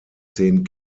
zehn